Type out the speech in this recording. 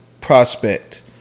prospect